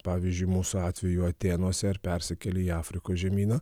pavyzdžiui mūsų atveju atėnuose ir persikeli į afrikos žemyną